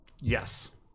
Yes